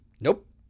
nope